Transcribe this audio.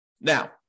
Now